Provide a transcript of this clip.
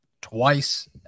Twice